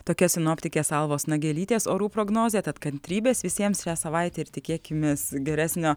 tokia sinoptikės alvos nagelytės orų prognozė tad kantrybės visiems šią savaitę ir tikėkimės geresnio